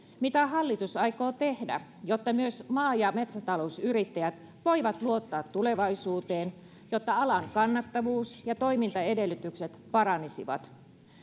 mitä hallitus aikoo tehdä jotta myös maa ja metsätalousyrittäjät voivat luottaa tulevaisuuteen jotta alan kannattavuus ja toimintaedellytykset paranisivat